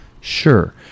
sure